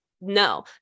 No